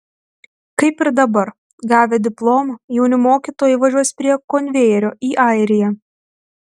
kaip ir dabar gavę diplomą jauni mokytojai važiuos prie konvejerio į airiją